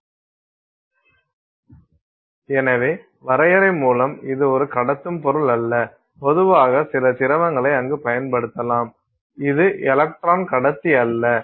மின்கடத்தா ஊடகம் எனவே வரையறை மூலம் இது ஒரு கடத்தும் பொருள் அல்ல பொதுவாக சில திரவங்களை அங்கு பயன்படுத்தலாம் இது எலக்ட்ரான் கடத்தி அல்ல